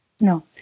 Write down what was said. no